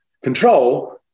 Control